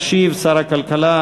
ישיב שר הכלכלה,